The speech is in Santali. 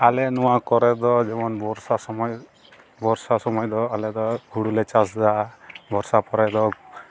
ᱟᱞᱮ ᱱᱚᱣᱟ ᱠᱚᱨᱮᱫᱚ ᱡᱮᱢᱚᱱ ᱵᱚᱨᱥᱟ ᱥᱚᱢᱚᱭ ᱵᱚᱨᱥᱟ ᱥᱚᱢᱚᱭᱫᱚ ᱟᱞᱮᱫᱚ ᱦᱩᱲᱩᱞᱮ ᱪᱟᱥᱫᱟ ᱵᱚᱨᱥᱟ ᱯᱚᱨᱮᱫᱚ